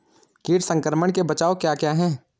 कीट संक्रमण के बचाव क्या क्या हैं?